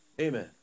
Amen